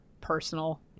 personal